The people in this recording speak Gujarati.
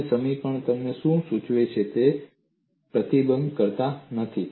તમે સમીકરણ તમને શું સૂચવે છે તે પ્રતિબિંબિત કરતા નથી